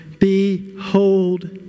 Behold